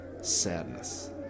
Sadness